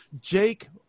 Jake